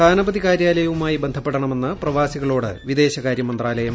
സ്ഥാർതപതി കാര്യാലയവുമായി ബന്ധപ്പെടണമെന്ന് പ്രിപാസികളോട് വിദേശകാര്യ മന്ത്രാലയം